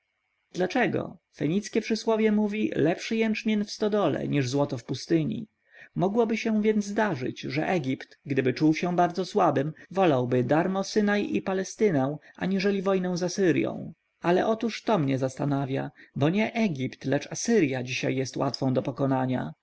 dlaczego fenickie przysłowie mówi lepszy jęczmień w stodole niż złoto w pustyni mogłoby się więc zdarzyć że egipt gdyby czuł się bardzo słabym wolałby darmo synai i palestynę aniżeli wojnę z asyrją ale otóż to mnie zastanawia bo nie egipt lecz asyrja dzisiaj jest łatwą do pokonania